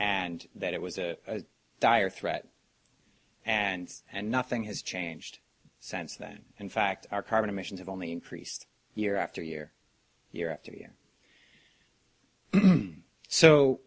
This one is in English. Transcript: and that it was a dire threat and and nothing has changed since that in fact our carbon emissions have only increased year after year year after year so